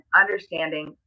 understanding